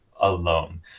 alone